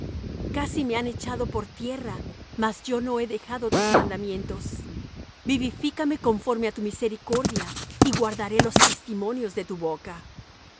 casi me han echado por tierra mas yo no he dejado tus mandamientos vivifícame conforme á tu misericordia y guardaré los testimonios de tu boca